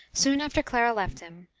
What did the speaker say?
soon after clara left him,